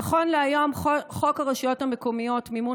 נכון להיום חוק הרשויות המקומיות (מימון